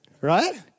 right